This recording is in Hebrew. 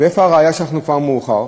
מאיפה הראיה שכבר מאוחר?